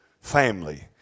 family